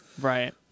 Right